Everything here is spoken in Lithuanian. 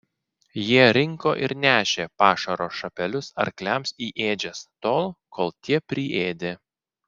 jie rinko ir nešė pašaro šapelius arkliams į ėdžias tol kol tie priėdė